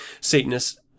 Satanists